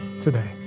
today